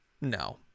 No